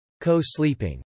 Co-sleeping